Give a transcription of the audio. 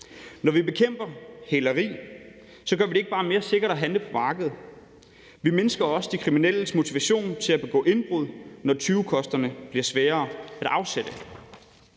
Når vi bekæmper hæleri, gør vi det ikke bare mere sikkert at handle på markedet; vi mindsker også de kriminelles motivation til at begå indbrud, når tyvekosterne bliver sværere at afsætte.